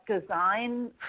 design